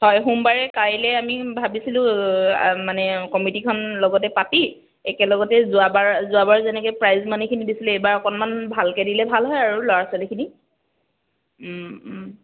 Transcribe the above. হয় সোমবাৰে কাইলৈ আমি ভাবিছিলোঁ মানে কমিটিখন লগতে পাতি একেলগতে যোৱাবাৰ যোৱাবাৰ যেনেকৈ প্ৰাইজ মানিখিনি দিছিলো এইবাৰ অকণমান ভালকৈ দিলে ভাল হয় আৰু ল'ৰা ছোৱালীখিনি